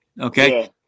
okay